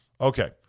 Okay